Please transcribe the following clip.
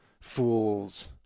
fools